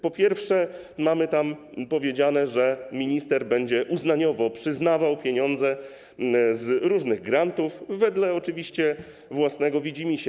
Po pierwsze, jest tam powiedziane, że minister będzie uznaniowo przyznawał pieniądze z różnych grantów, wedle oczywiście własnego widzimisię.